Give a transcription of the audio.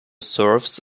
serves